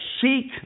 seek